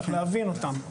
צריך להבין אותם.